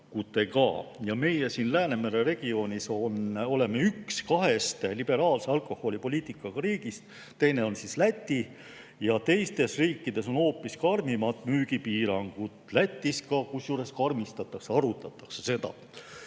Meie siin Läänemere regioonis oleme üks kahest liberaalse alkoholipoliitikaga riigist, teine on Läti. Teistes riikides on hoopis karmimad müügipiirangud. Kusjuures ka Lätis seda karmistatakse või arutatakse seda.